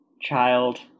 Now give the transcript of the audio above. Child